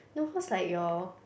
no cause like your